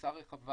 בפריסה רחבה